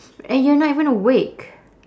and you're not even awake